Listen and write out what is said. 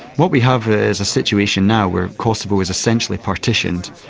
what we have is a situation now where kosovo is essentially partitioned.